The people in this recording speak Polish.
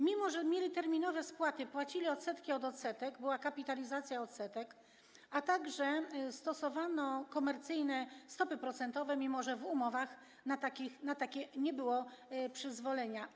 Mimo że mieli terminowe spłaty, płacili odsetki od odsetek, była kapitalizacja odsetek, a także stosowano komercyjne stopy procentowe, mimo że w umowach na takie nie było przyzwolenia.